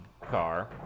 car